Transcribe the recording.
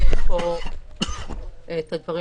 הדברים